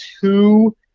two